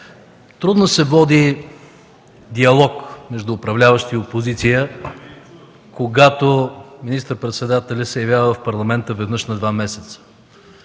Трудно се води диалог между управляващи и опозиция, когато министър-председателят се явява в Парламента веднъж на два месеца.